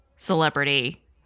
Celebrity